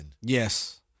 Yes